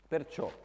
Perciò